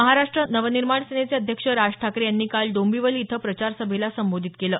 महाराष्ट नवनिर्माण सेनेचे अध्यक्ष राज ठाकरे यांनी काल डोंबिवली इथं प्रचारसभेला संबोधित केलं